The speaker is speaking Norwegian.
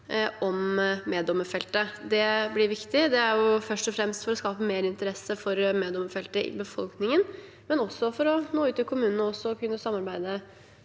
på meddommerfeltet. Det blir viktig. Det er først og fremst for å skape mer interesse for meddommerfeltet i befolkningen, men også for å nå ut til kommunene og kunne gi